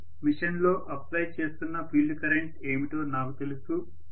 నేను మెషిన్లో అప్లై చేస్తున్న ఫీల్డ్ కరెంట్ ఏమిటో నాకు తెలుసు